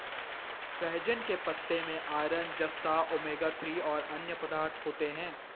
सहजन के पत्ते में आयरन, जस्ता, ओमेगा थ्री और अन्य पदार्थ होते है